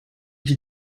did